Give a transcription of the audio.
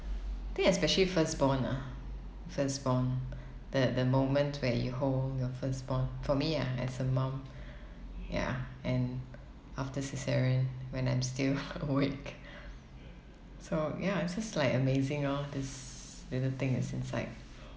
I think especially firstborn ah firstborn the the moment where you hold your firstborn for me ah as a mum ya and after cesarean when I'm still awake so ya it's just like amazing orh this little thing is inside